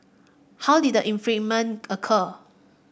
how did the infringement occur